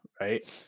right